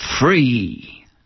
free